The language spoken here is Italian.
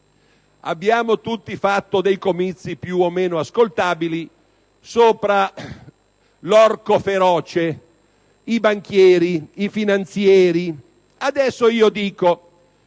Abbiamo tutti fatto dei comizi più o meno ascoltabili intorno all'orco feroce: i banchieri, i finanzieri. Il capo del